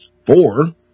four